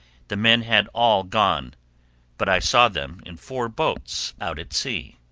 the men had all gone but i saw them in four boats out at sea.